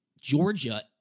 Georgia